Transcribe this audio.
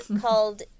called